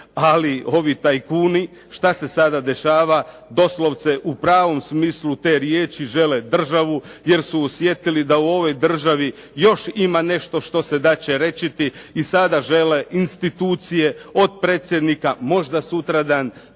Ali ovi tajkuni, šta se sada dešava. Doslovce u pravom smislu te riječi žele državu, jer su osjetili da u ovoj državi još ima nešto što se da čerečiti, i sada žele institucije od predsjednika možda sutradan